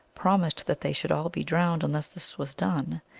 promised that they should all be drowned unless this was done,